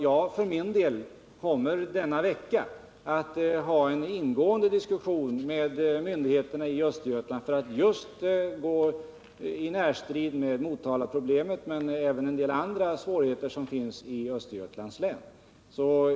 Jag kommer för min del denna vecka att ha en ingående diskussion med myndigheterna i Östergötland för att just gå i närstrid med Motalaproblemet, men även för att ta upp en del andra svårigheter som finns i Östergötlands län.